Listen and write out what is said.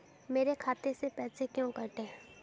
मेरे खाते से पैसे क्यों कटे?